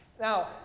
Now